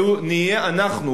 זה יהיה אנחנו,